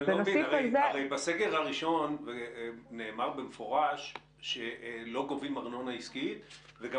בסגר הראשון נאמר במפורש שלא גובים ארנונה עסקית וגם